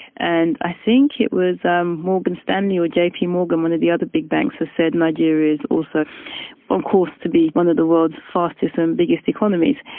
and i think it was um morgan stanley or jp morgan, one of the other big banks, has said nigeria is also on course to be one of the world's fastest and biggest economies.